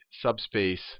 subspace